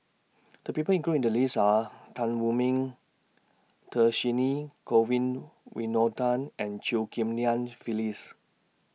The People included in The list Are Tan Wu Meng Dhershini Govin Winodan and Chew Ghim Lian Phyllis